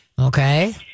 Okay